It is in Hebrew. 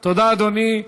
תודה, אדוני.